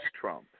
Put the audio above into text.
Trump